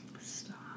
Stop